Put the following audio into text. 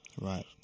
Right